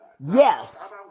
Yes